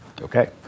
Okay